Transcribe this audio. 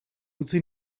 utzi